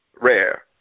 rare